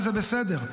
וזה בסדר.